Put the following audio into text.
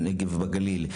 בנגב ובגליל,